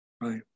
right